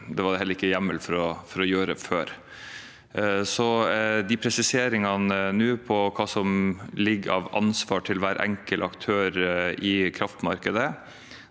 Det var det heller ikke hjemmel for å gjøre før. De presiseringene som nå er gjort av hva som ligger av ansvar til hver enkelt aktør i kraftmarkedet,